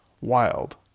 wild